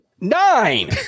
Nine